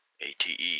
ATE